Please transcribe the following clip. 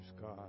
God